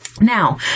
Now